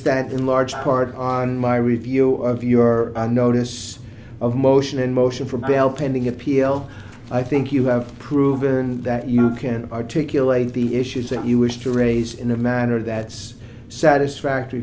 that in large part on my review of your notice of motion in motion for bail pending appeal i think you have proven that you can articulate the issues that you wish to raise in a manner that's satisfactory